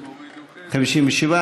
57,